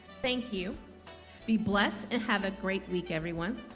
thank you be blessed and have a great week everyone